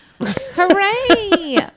Hooray